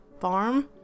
farm